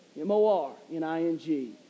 M-O-R-N-I-N-G